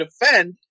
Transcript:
defend